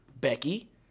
Becky